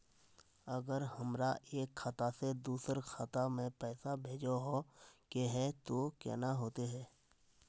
अगर हमरा एक खाता से दोसर खाता में पैसा भेजोहो के है तो केना होते है?